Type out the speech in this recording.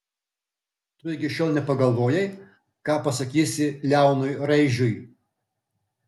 tu ligi šiol nepagalvojai ką pasakysi leonui raižiui